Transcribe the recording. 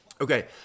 Okay